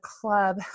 club